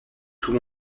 tout